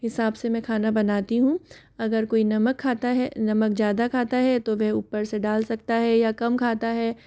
हिसाब से मैं खाना बनाती हूँ अगर कोई नमक खाता है नमक ज़्यादा खाता है तो वह ऊपर से डाल सकता हैं या कम खाता है